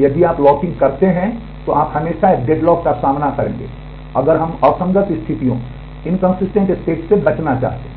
यदि आप लॉकिंग करते हैं तो आप हमेशा एक डेडलॉक का सामना करेंगे अगर हम असंगत स्थितियों से बचना चाहते हैं